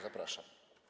Zapraszam.